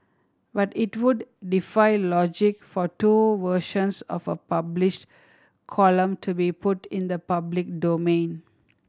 but it would defy logic for two versions of a published column to be put in the public domain